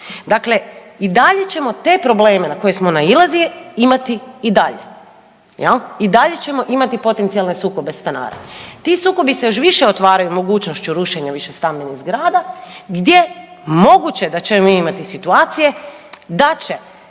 Dakle, i dalje ćemo te probleme na koje smo nailazili, imati i dalje, je li? I dalje ćemo imati potencijalne sukobe stanara. Ti sukobi se još više otvaranju mogućnošću rušenja višestambenih zgrada gdje moguće da ćemo imati situacije da će